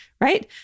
right